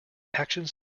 actions